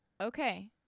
Okay